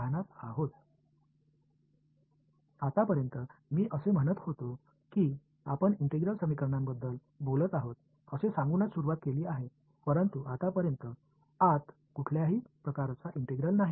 இப்போது இதுவரை நான் ஒருங்கிணைந்த சமன்பாடுகளைப் பற்றி பேசப் போகிறோம் என்று கூறி ஆரம்பித்தோம் ஆனால் இதுவரை எங்கும் ஒருங்கிணைப்பு இல்லை